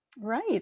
Right